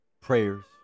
prayers